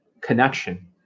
connection